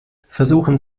versuchen